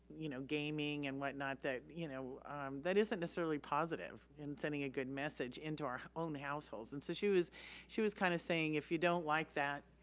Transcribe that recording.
you know gaming and whatnot that you know um that isn't necessarily positive in sending a good message into our own households. and so she was she was kinda kind of saying if you don't like that,